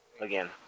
again